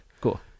cool